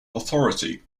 authority